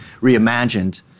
reimagined